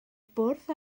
bwrdd